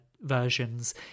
versions